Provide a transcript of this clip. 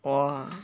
我 ah